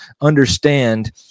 understand